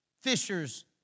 fishers